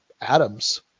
atoms